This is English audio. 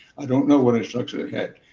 i don't know what instructions they had.